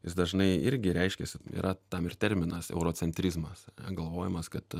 jis dažnai irgi reiškiasi yra tam ir terminas eurocentrizmas galvojimas kad